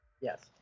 Yes